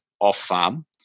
off-farm